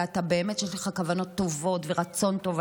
ובאמת שיש לך כוונות טובות ורצון טוב,